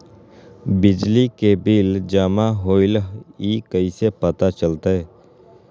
बिजली के बिल जमा होईल ई कैसे पता चलतै?